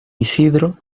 isidro